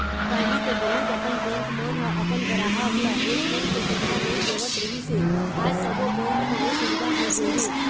पहिली तो बहुत अकन बेंक मन ह अपन गराहक ल ए.टी.एम के सुबिधा नइ देवत रिहिस हे आज सबो बेंक म ए सुबिधा होगे हे